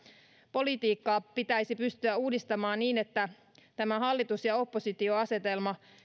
politiikkaa pitäisi pystyä uudistamaan niin että tämä hallitus ja oppositioasetelma